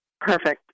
Perfect